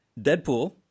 Deadpool